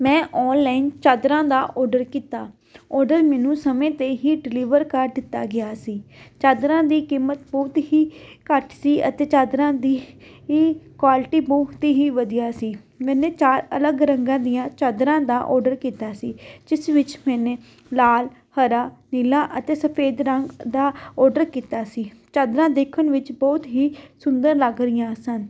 ਮੈਂ ਔਨਲਾਈਨ ਚਾਦਰਾਂ ਦਾ ਔਡਰ ਕੀਤਾ ਔਡਰ ਮੈਨੂੰ ਸਮੇਂ 'ਤੇ ਹੀ ਡਿਲੀਵਰ ਕਰ ਦਿੱਤਾ ਗਿਆ ਸੀ ਚਾਦਰਾਂ ਦੀ ਕੀਮਤ ਬਹੁਤ ਹੀ ਘੱਟ ਸੀ ਅਤੇ ਚਾਦਰਾਂ ਦੀ ਈ ਕੁਆਲਿਟੀ ਬਹੁਤ ਹੀ ਵਧੀਆ ਸੀ ਮੈਨੇ ਚਾਰ ਅਲੱਗ ਰੰਗਾਂ ਦੀਆਂ ਚਾਦਰਾਂ ਦਾ ਔਡਰ ਕੀਤਾ ਸੀ ਜਿਸ ਵਿੱਚ ਮੈਨੇ ਲਾਲ ਹਰਾ ਨੀਲਾ ਅਤੇ ਸਫੇਦ ਰੰਗ ਦਾ ਔਡਰ ਕੀਤਾ ਸੀ ਚਾਦਰਾਂ ਦੇਖਣ ਵਿੱਚ ਬਹੁਤ ਹੀ ਸੁੰਦਰ ਲੱਗ ਰਹੀਆਂ ਸਨ